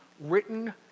written